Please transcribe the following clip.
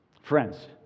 Friends